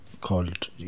called